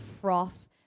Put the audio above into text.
froth